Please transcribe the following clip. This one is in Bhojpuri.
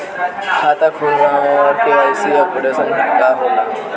खाता खोलना और के.वाइ.सी अपडेशन का होला?